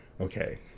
okay